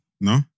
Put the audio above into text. No